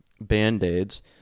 band-aids